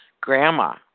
Grandma